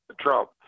Trump